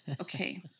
Okay